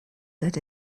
that